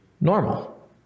normal